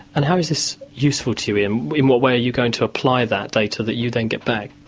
and how is this useful to you, ian? in what way are you going to apply that data that you then get back?